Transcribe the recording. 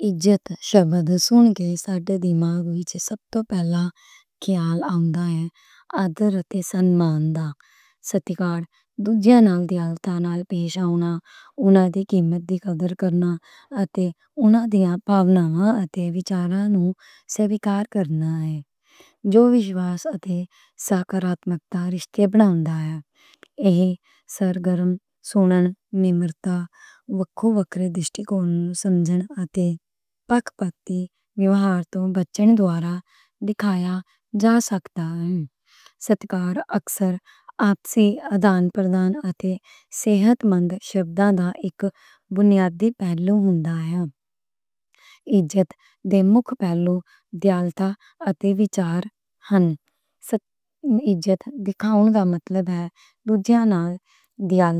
یہ شبد ساڈے دماغ تے سب توں پہلا خیال آؤندا ہے۔ آدر تے سنمان۔ دوجیاں نال عزت نال پیش آنا۔ اوہناں دی قیمت دی قدر کرنا۔ اتے اوہناں دے پاسے تے سوچاں نوں سوییکار کرنا ہے، جو وشواس تے سکاراتمک رشتے بناؤندا ہے۔ ایہ سرگرم سننا، نمرتا، وکھ وکھ درِشتیکون نوں سمجھݨ اتے پکْشپاتی ویاوہار توں بچݨ دوارہ دکھایا جا سکدا ہے۔ عزت دے مکھی پاسے دیالُتا تے سوچ ہن۔ ایہ ڈیموکریٹک ویلیوز نال، الپ سنکھیاں دے سنمان نال، اتے ایتھکل تے لیگل پہلوآں نال جڑیا